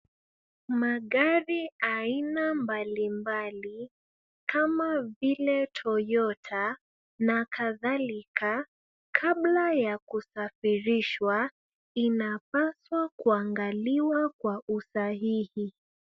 Magari aina mbalimbali kama vile Toyota na kadhalika kabla ya kusafirishwa inapaswa kuangaliwa kwa usahihi.